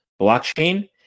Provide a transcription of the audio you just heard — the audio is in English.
blockchain